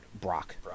Brock